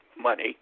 money